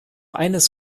eines